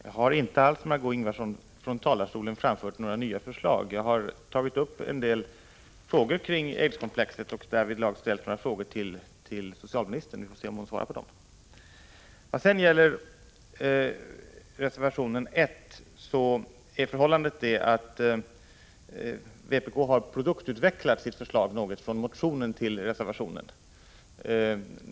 Fru talman! Jag har inte alls, Margö Ingvardsson, från talarstolen framfört några nya förslag. Jag har tagit upp en del frågor kring aidskomplexet och därvidlag ställt några frågor till socialministern. Vi får väl se om hon svarar på dem. Vad sedan gäller reservation 1 är förhållandet det att vpk har produktutvecklat sitt förslag något från motionen till reservationen.